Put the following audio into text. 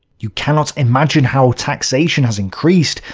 you cannot imagine how taxation has increased.